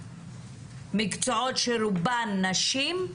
מקצועות שברובן נשים,